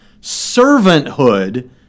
servanthood